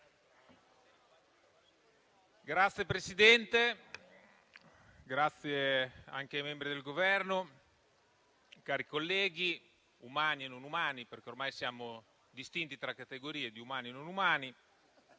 Signor Presidente, membri del Governo, cari colleghi umani e non umani (perché ormai siamo distinti tra categorie di umani e non umani)